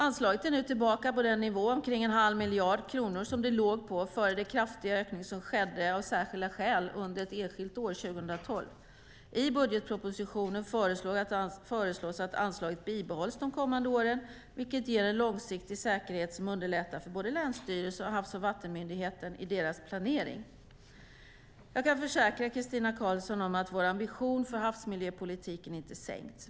Anslaget är nu tillbaka på den nivå, omkring en halv miljard kronor, som det låg på före den kraftiga ökning som skedde av särskilda skäl under ett enskilt år, 2012. I budgetpropositionen föreslås att anslaget bibehålls de kommande åren, vilket ger en långsiktig säkerhet som underlättar för både länsstyrelser och Havs och vattenmyndigheten i deras planering. Jag kan försäkra Christina Karlsson om att vår ambition för havsmiljöpolitiken inte har sänkts.